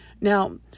Now